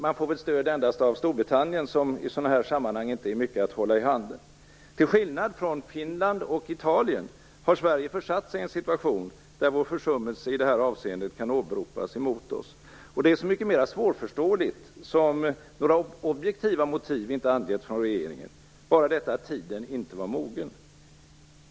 Man får väl stöd endast av Storbritannien, som i sådana här sammanhang inte är mycket att hålla i handen. Till skillnad från Finland och Italien har Sverige försatt sig i en situation där vår försummelse i detta avseende kan åberopas emot oss. Det är så mycket mera svårförståeligt som några objektiva motiv inte angivits från regeringen - bara detta att tiden inte var mogen.